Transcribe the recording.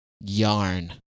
yarn